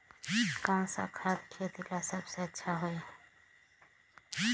कौन सा खाद खेती ला सबसे अच्छा होई?